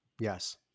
Yes